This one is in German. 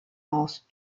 aus